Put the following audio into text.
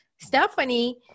Stephanie